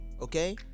Okay